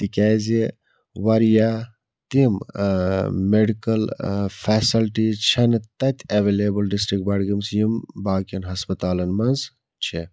تِکیٛازِ واریاہ تِم مٮ۪ڈِکَل فٮ۪سَلٹیٖز چھَنہٕ تَتہِ اٮ۪وٮ۪لیبٕل ڈِسٹرٛک بڈگٲمِس یِم باقیَن ہَسپَتالَن منٛز چھےٚ